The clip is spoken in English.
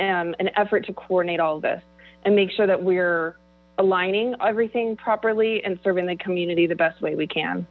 an effort to coordinate all this and make sure that we're aligning everything properly and serving the community the best way we can